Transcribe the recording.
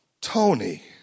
Tony